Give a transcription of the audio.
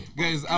guys